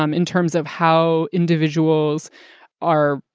um in terms of how individuals are,